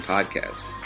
Podcast